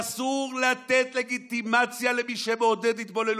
ואסור לתת לגיטימציה למי שמעודד התבוללות,